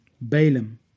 Balaam